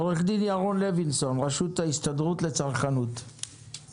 עו"ד ירון לוינסון, רשות ההסתדרות לצרכנות, בבקשה.